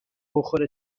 بخوره